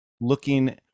looking